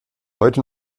heute